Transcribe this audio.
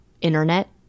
internet